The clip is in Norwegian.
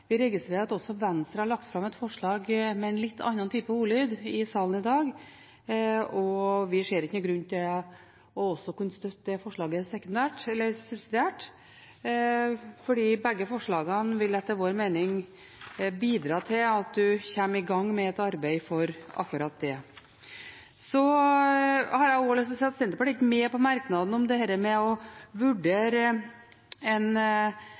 Vi registrerer at også Venstre på vegne av regjeringspartiene har lagt fram et forslag med en litt annen type ordlyd i salen i dag, og vi ser ikke noen grunn til ikke også å kunne støtte det forslaget subsidiært, fordi begge forslagene etter vår mening vil bidra til at en kommer i gang med et arbeid for akkurat det. Jeg har også lyst til å si at Senterpartiet ikke er med på merknaden om det å vurdere om det lar seg gjøre å innføre en